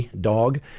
dog